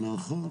נכון.